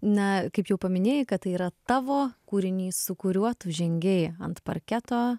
na kaip jau paminėjai kad tai yra tavo kūrinys su kuriuo tu žengei ant parketo